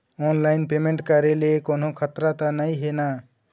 Online payment करे ले कोन्हो खतरा त नई हे न?